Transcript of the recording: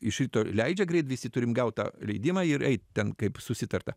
iš ryto leidžia greit visi turim gaut tą leidimą ir eit ten kaip susitarta